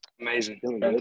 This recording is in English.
Amazing